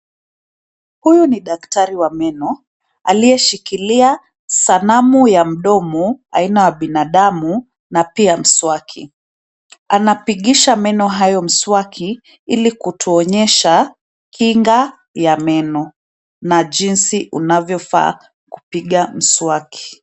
Huyu ni daktari wa meno, aliyeshikilia, sanamu ya mdomo aina wa binadamu na pia mswaki, anapigisha meno hayo mswaki, ilikutuonyesha, kinga, ya meno, na jinsi unavyofaa, kupiga mswaki.